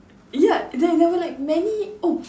ya there there were like many oh